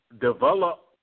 develop